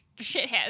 shitheads